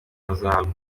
azahabwa